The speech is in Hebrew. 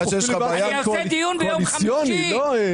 זה פיליבסטר קואליציוני, לא אופוזיציוני.